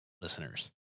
listeners